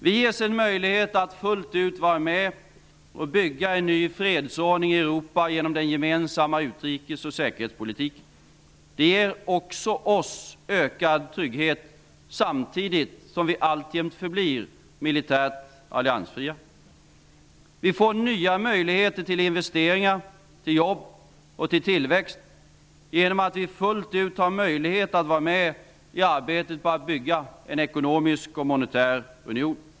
Vi ges en möjlighet att fullt ut vara med och bygga en ny fredsordning i Europa genom den gemensamma utrikes och säkerhetspolitiken. Det ger också oss ökad trygghet, samtidigt som vi alltjämt förblir militärt alliansfria. Vi får nya möjligheter till investeringar, jobb och tillväxt genom att vi fullt ut kan vara med i arbetet med att bygga en ekonomisk och monetär union.